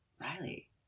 Riley